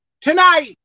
Tonight